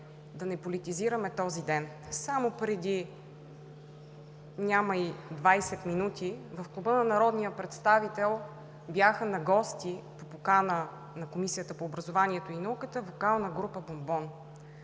да не политизираме този ден. Само преди няма и двадесет минути в Клуба на народния представител бяха на гости по покана на Комисията по образованието и науката вокална група „Бон-Бон“.